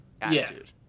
Attitude